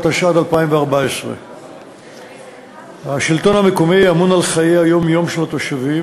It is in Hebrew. התשע"ד 2014. השלטון המקומי אמון על חיי היום-יום של התושבים,